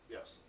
Yes